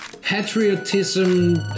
patriotism